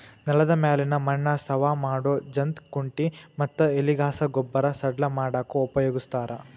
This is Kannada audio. ನೆಲದ ಮ್ಯಾಲಿನ ಮಣ್ಣ ಸವಾ ಮಾಡೋ ಜಂತ್ ಕುಂಟಿ ಮತ್ತ ಎಲಿಗಸಾ ಗೊಬ್ಬರ ಸಡ್ಲ ಮಾಡಾಕ ಉಪಯೋಗಸ್ತಾರ